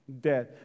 dead